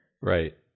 Right